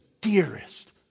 dearest